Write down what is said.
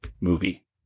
movie